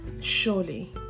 Surely